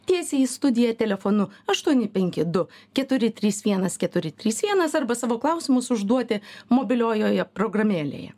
tiesiai į studiją telefonu aštuoni penki du keturi trys vienas keturi trys vienas arba savo klausimus užduoti mobiliojoje programėlėje